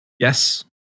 Yes